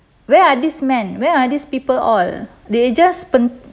where are these man where are these people all they just